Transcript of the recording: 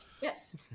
yes